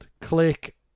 click